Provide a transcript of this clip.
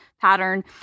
pattern